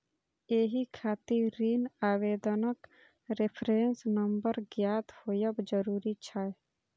एहि खातिर ऋण आवेदनक रेफरेंस नंबर ज्ञात होयब जरूरी छै